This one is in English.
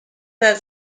that